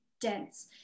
dense